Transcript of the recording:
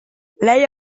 lei